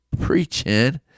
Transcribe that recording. preaching